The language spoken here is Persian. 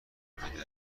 میده